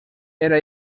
era